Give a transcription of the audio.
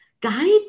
guide